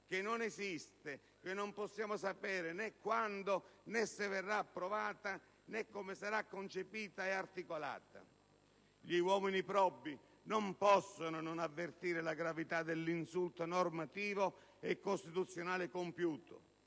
che non esiste e non possiamo sapere né se o quando verrà approvata, né come sarà concepita e articolata. Gli uomini probi non possono non avvertire la gravità dell'insulto normativo e costituzionale compiuto: